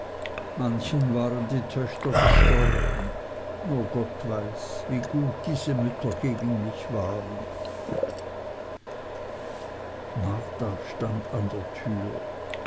manchen waren die töchter gestorben nur gott weiß wie gut diese mütter gegen mich waren marta stand an der tür